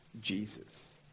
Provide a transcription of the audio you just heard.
Jesus